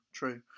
true